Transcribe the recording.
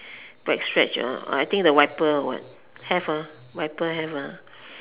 black stretch uh I think the wiper or what have ah wiper have ah